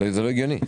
זה לא הגיוני.